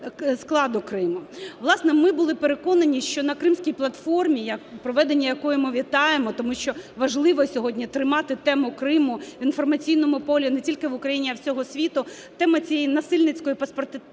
Власне, ми були переконані, що на Кримській платформі, проведення якої ми вітаємо, тому що важливо сьогодні тримати тему Криму в інформаційному полі не тільки в Україні, а й в усьому світу, тема цієї насильницької паспортизації